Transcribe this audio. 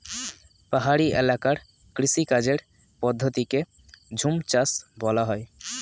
পাহাড়ি এলাকার কৃষিকাজের পদ্ধতিকে ঝুমচাষ বলা হয়